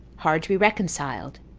hard to be reconciled.